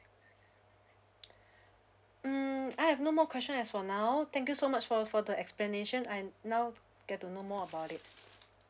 hmm I have no more question as for now thank you so much for for the explanation I now get to know more about it